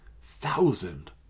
thousand